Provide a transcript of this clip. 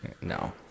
no